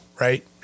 right